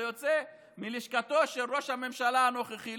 זה יוצא מלשכתו של ראש הממשלה הנוכחי,